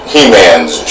He-Man's